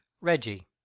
Reggie